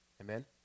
Amen